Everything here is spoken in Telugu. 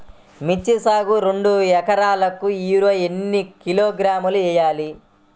మిర్చి సాగుకు రెండు ఏకరాలకు యూరియా ఏన్ని కిలోగ్రాములు వేయాలి?